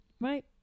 right